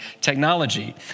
technology